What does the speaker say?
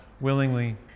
willingly